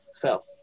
fell